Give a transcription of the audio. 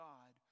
God